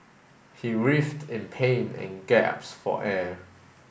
he writhed in pain and gasped for air